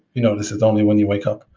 you know this is only when you wake up.